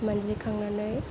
मानजिखांनानै